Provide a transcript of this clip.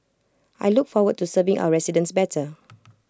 I look forward to serving our residents better